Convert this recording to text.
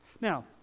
Now